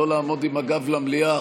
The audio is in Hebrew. לא לעמוד עם הגב למליאה.